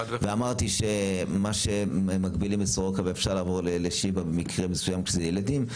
אמרתי שמגבילים בסורוקה ואפשר לעבור לשיבא במקרה מסוים כשזה ילדים.